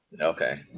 Okay